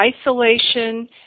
isolation